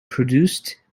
produced